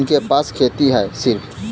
उनके पास खेती हैं सिर्फ